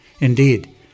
Indeed